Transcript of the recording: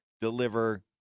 deliver